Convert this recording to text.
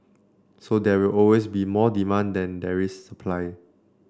so there will always be more demanded than there is supply